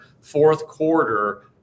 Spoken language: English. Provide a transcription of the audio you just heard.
fourth-quarter